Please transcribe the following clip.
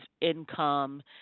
income